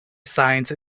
science